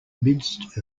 midst